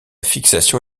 fixation